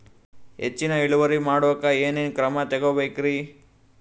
ಹೆಚ್ಚಿನ್ ಇಳುವರಿ ಮಾಡೋಕ್ ಏನ್ ಏನ್ ಕ್ರಮ ತೇಗೋಬೇಕ್ರಿ?